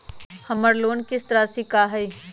हमर लोन किस्त राशि का हई?